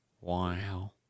Wow